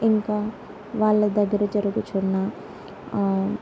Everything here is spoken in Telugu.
ఇంకా వాళ్ళ దగ్గర జరుగుచున్న